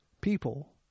people